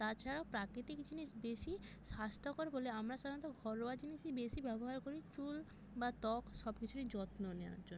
তাছাড়াও প্রাকৃতিক জিনিস বেশি স্বাস্থ্যকর বলে আমরা সাধারণত ঘরোয়া জিনিসই বেশি ব্যবহার করি চুল বা ত্বক সব কিছুরই যত্ন নেওয়ার জন্য